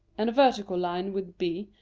and vertical line with b,